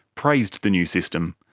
praised the new system.